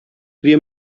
wir